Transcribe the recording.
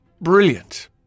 brilliant